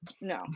No